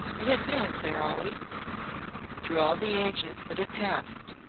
it had been there always through all the ages that had passed.